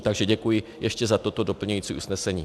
Takže děkuji ještě za toto doplňující usnesení.